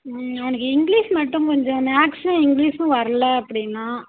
ம்ம் அவனுக்கு இங்கிலீஷ் மட்டும் கொஞ்சம் மேக்ஸும் இங்கிலீஷும் வர்லை அப்படின்னான்